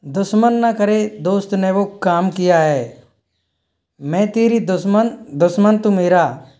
दुश्मन न करे दोस्त ने वो काम किया है मैं तेरी दुश्मन दुश्मन तू मेरा